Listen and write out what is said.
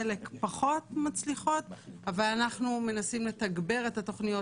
חלק פחות מצליחות אבל אנחנו מנסים לתגבר את התוכניות